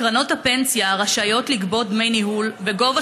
קרנות הפנסיה רשאיות לגבות דמי ניהול בגובה